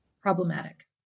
problematic